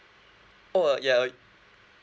oh uh yeah